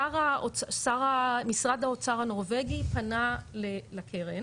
שר משרד האוצר הנורבגי פנה לקרן